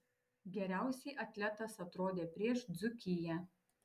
geriausiai atletas atrodė prieš dzūkiją